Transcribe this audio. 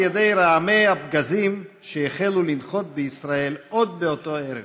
ידי רעמי הפגזים שהחלו לנחות בישראל עוד באותו הערב.